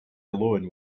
alone